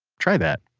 try that,